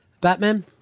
Batman